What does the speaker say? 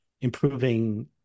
improving